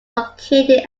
located